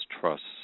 trusts